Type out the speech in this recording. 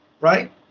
right